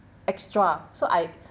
extra so I